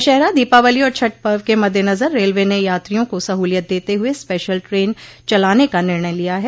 दशहरा दीपावली और छठ पर्व के मद्देनजर रेलवे ने यात्रियों को सहलियत देते हुए स्पेशल ट्रेल चलाने का निर्णय लिया है